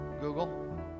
Google